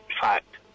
fact